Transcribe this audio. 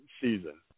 season